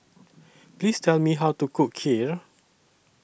Please Tell Me How to Cook Kheer